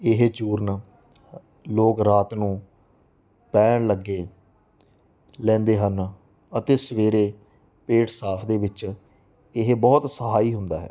ਇਹ ਚੂਰਨ ਲੋਕ ਰਾਤ ਨੂੰ ਪੈਣ ਲੱਗੇ ਲੈਂਦੇ ਹਨ ਅਤੇ ਸਵੇਰੇ ਪੇਟ ਸਾਫ਼ ਦੇ ਵਿੱਚ ਇਹ ਬਹੁਤ ਸਹਾਈ ਹੁੰਦਾ ਹੈ